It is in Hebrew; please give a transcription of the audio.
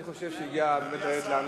אני חושב שהגיעה באמת העת לענות.